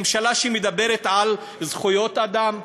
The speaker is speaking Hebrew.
ממשלה שמדברת על זכויות אדם,